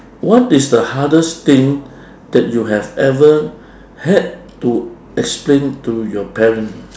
what is the hardest thing that you have ever had to explain to your parent